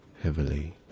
heavily